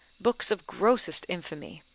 books of grossest infamy,